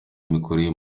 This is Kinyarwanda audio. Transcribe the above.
imikorere